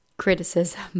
criticism